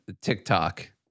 TikTok